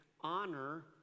honor